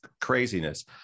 craziness